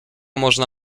można